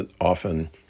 often